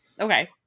Okay